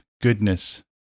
goodness